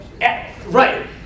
Right